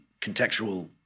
contextual